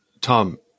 Tom